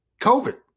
COVID